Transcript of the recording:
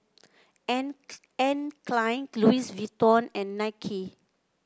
Anne Anne Klein Louis Vuitton and Nike